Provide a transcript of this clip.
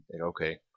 okay